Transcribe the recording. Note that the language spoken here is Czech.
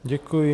Děkuji.